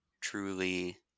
truly